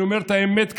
אני אומר את האמת כאן,